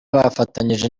bafatanyije